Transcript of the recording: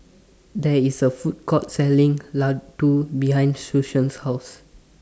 There IS A Food Court Selling Ladoo behind Susan's House